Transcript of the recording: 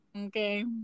Okay